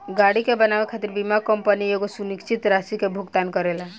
गाड़ी के बनावे खातिर बीमा कंपनी एगो सुनिश्चित राशि के भुगतान करेला